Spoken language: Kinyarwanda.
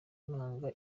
nanga